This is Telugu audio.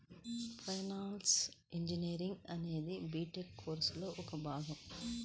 ఫైనాన్షియల్ ఇంజనీరింగ్ అనేది బిటెక్ కోర్సులో ఒక భాగం